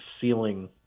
ceiling